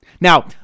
Now